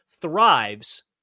thrives